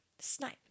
Snipe